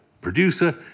producer